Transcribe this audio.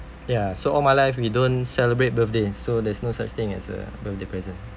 ya so all my life we don't celebrate birthday so there's no such thing as a birthday present